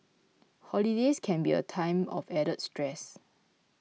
holidays can be a time of added stress